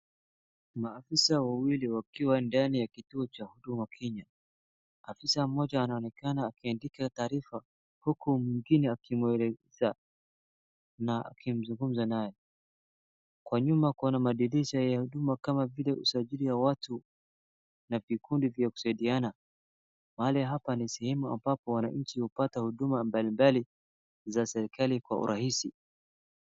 Maafisa wawili wakiwa ndani ya kituo cha Huduma Kenya. Afisa mmoja anaonekana akiandika taarifa huku mwingine akimwelezea na akizungumza naye..Kwa nyuma kuna madirisha ya huduma kama vile usajili wa watu na vikundi vya kusaidiana. Mahali hapa ni sehemu ambapo wananchi hupata huduma mbalimbali za serikali kwa urahisi.